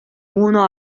uno